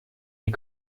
les